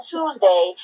Tuesday